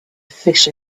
fish